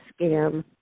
scam